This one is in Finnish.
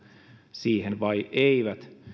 siihen vai eivät